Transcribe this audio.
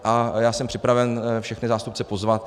A já jsem připraven všechny zástupce pozvat.